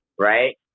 Right